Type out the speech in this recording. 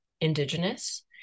indigenous